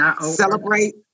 Celebrate